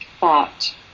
thought